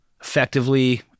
effectively